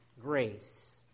grace